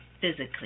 physically